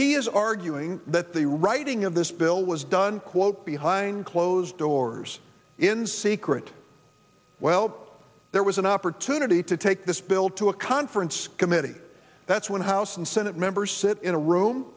he is arguing that the writing of this bill was done quote behind closed doors in secret well there was an opportunity to take this bill to a conference committee that's one house and senate members sit in a room